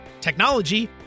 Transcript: technology